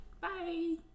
Bye